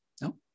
No